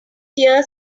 deer